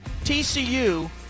TCU